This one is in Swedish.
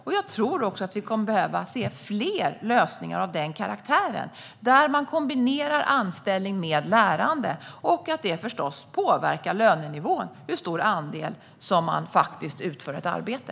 Vi kommer att behöva se fler lösningar av denna karaktär, där man kombinerar anställning med lärande. Det påverkar förstås lönenivån hur stor andel av tiden man faktiskt utför ett arbete.